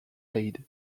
aid